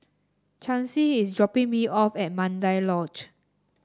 Chancy is dropping me off at Mandai Lodge